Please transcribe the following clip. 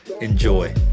Enjoy